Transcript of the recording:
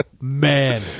Man